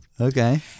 okay